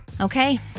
Okay